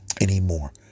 anymore